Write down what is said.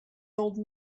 old